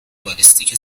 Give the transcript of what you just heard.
بالستیک